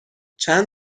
چند